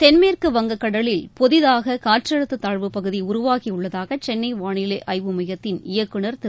தென்மேற்குக் வங்கக்கடலில் புதிதாக காற்றழுத்த தாழ்வுப் பகுதி உருவாகி உள்ளதாக சென்னை வானிலை ஆய்வுமையத்தின் இயக்குநர் திரு